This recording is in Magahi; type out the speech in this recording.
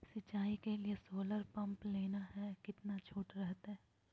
सिंचाई के लिए सोलर पंप लेना है कितना छुट रहतैय?